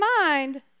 mind